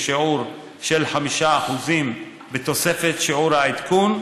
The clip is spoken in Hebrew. בשיעור של 5% בתוספת שיעור העדכון,